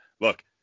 Look